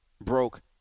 broke